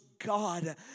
God